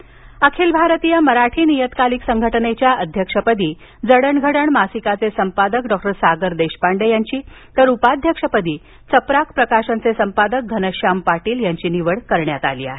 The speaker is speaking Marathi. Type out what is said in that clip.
नियतकालिक अखिल भारतीय मराठी नियतकालिक संघटनेच्या अध्यक्षपदी जडण घडण मासिकाचे संपादक डॉक्टर सागर देशपांडे यांची तर उपाध्यक्षपदी चपराक प्रकाशनचे संपादक घनश्याम पाटील यांची निवड करण्यात आली आहे